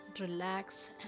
relax